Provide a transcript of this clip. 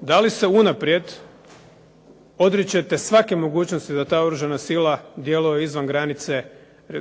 da li se unaprijed odričete svake mogućnosti da ta oružana sila djeluje izvan